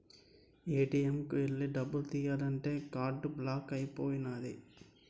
ATM కు ఎల్లి డబ్బు తియ్యాలంతే కార్డు బ్లాక్ అయిపోనాది